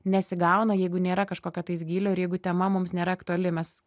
nesigauna jeigu nėra kažkokio tais gylio ir jeigu tema mums nėra aktuali mes